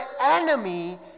enemy